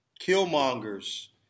Killmonger's